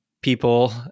people